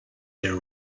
their